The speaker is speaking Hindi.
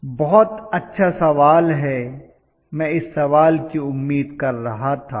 प्रोफेसर बहुत अच्छा सवाल है मैं इस सवाल की उम्मीद कर रहा था